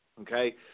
okay